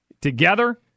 together